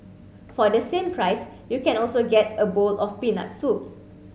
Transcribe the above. for the same price you can also get a bowl of peanut soup